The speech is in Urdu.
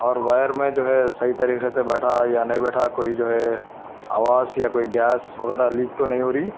اور وائر میں جو ہے صحیح طریقے سی بیٹھا یا نہیں بیٹھا کوئی جو ہے آواز یا کوئی گیس وغیرہ لیک تو نہیں ہو رہی